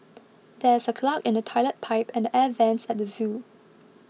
there is a clog in the Toilet Pipe and Air Vents at the zoo